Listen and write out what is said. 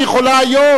היא יכולה היום,